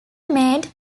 made